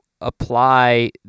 apply